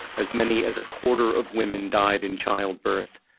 as many as a quarter of women died in childbirth.